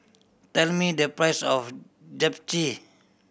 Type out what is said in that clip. tell me the price of Japchae